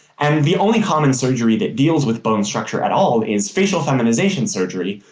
and the only common surgery that deals with bone structure at all is facial feminization surgery,